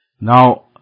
Now